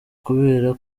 kubera